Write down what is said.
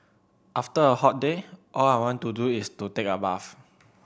after a hot day all I want to do is to take a bath